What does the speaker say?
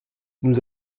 nous